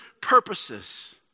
purposes